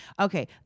Okay